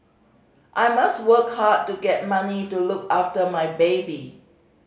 I must work hard to get money to look after my baby